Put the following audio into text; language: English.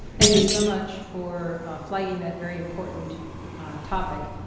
thank you so much for flagging that very important topic.